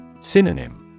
Synonym